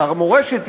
אתר מורשת.